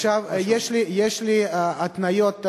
עכשיו יש לי התניות,